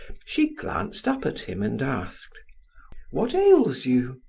she glanced up at him and asked what ails you?